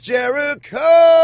Jericho